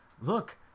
look